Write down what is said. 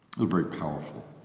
a very powerful